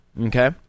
okay